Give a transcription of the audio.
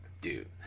Dude